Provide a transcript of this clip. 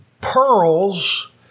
Pearls